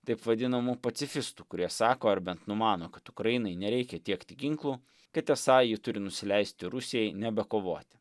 taip vadinamų pacifistų kurie sako ar bent numano kad ukrainai nereikia tiekti ginklų kad esą ji turi nusileisti rusijai nebekovoti